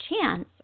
chance